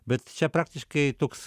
bet čia praktiškai toks